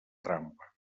trampa